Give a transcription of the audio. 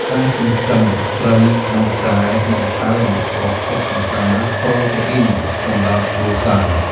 ការចិញ្ចឹមត្រីក្នុងស្រែ បង្កើនប្រភពអាហារប្រូតេអ៊ីនសម្រាប់គ្រួសារ។